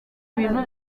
ibintu